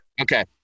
Okay